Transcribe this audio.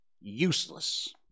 useless